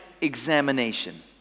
examination